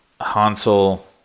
Hansel